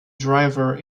driver